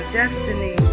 destiny